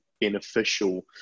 beneficial